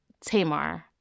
Tamar